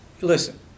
Listen